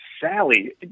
Sally